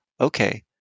okay